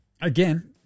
again